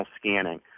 scanning